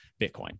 Bitcoin